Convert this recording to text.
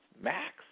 max